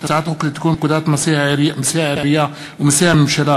הצעת חוק לתיקון פקודת מסי העירייה ומסי הממשלה